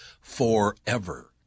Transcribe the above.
forever